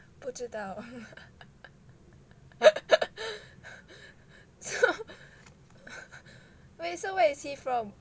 不知道 wait so where is he from